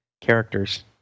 characters